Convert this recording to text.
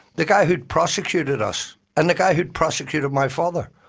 the guy who'd prosecuted us and the guy who'd prosecuted my father,